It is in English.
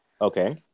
Okay